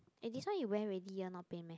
eh this one you wear already ear not pain meh